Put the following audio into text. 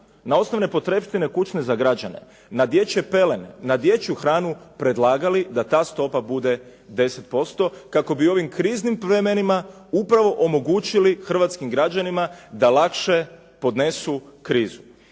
na osnovne potrepštine kućne za građane, na dječje pelene, na dječju hranu predlagali da ta stopa bude 10% kako bi u ovim kriznim vremenima upravo omogućili hrvatskim građanima da lakše podnesu krizu.